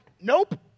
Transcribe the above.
nope